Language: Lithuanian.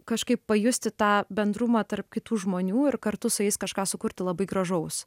kažkaip pajusti tą bendrumą tarp kitų žmonių ir kartu su jais kažką sukurti labai gražaus